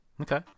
Okay